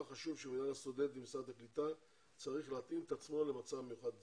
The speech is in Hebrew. חשוב שמינהל הסטודנטים משרד הקליטה צריך להתאים את עצמו למצב מיוחד זה,